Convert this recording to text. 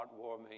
heartwarming